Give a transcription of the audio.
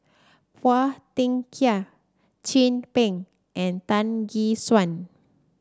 Phua Thin Kiay Chin Peng and Tan Gek Suan